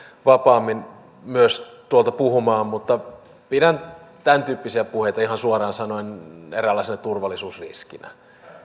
vapaammin myös tuolta puhumaan mutta pidän tämäntyyppisiä puheita ihan suoraan sanoen eräänlaisena turvallisuusriskinä